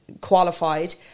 qualified